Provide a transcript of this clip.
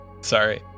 Sorry